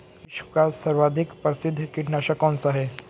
विश्व का सर्वाधिक प्रसिद्ध कीटनाशक कौन सा है?